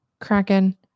Kraken